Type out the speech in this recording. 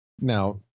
Now